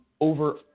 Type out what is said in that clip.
over